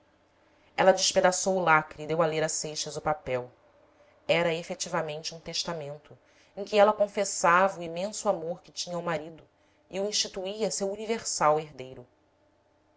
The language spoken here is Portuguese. ler a seixas o papel era efetivamente um testamento em que ela confessava o imenso amor que tinha ao marido e o instituía seu universal herdeiro